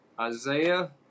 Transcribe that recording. Isaiah